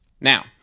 Now